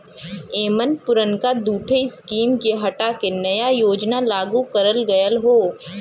एमन पुरनका दूठे स्कीम के हटा के नया योजना लागू करल गयल हौ